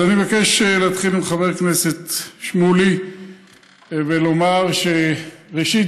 אז אני מבקש להתחיל עם חבר הכנסת שמולי ולומר: ראשית,